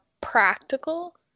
practical